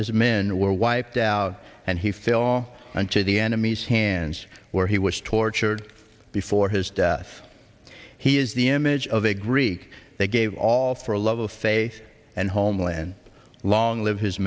as men were wiped out and he fill in to the enemy's hands where he was tortured before his death he is the image of a greek they gave all for love of face and homeland long live his